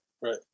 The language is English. Right